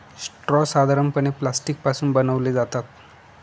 straw साधारणपणे plastic पासून बनवले जातात